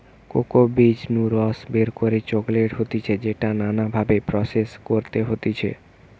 cocoa বীজ নু রস বের করে চকলেট হতিছে যেটাকে নানা ভাবে প্রসেস করতে হতিছে